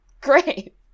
great